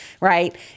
right